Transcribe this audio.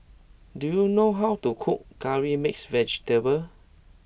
do you know how to cook curry mixed vegetable